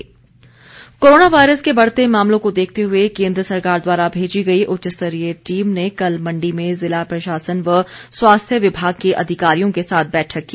बैठक Mandi coronavirus के बढ़ते मामलों को देखते हुए केंद्र सरकार द्वारा भेजी गई उच्च स्तरीय टीम ने कल मंडी में जिला प्रशासन व स्वास्थ्य विभाग के अधिकारियों के साथ बैठक की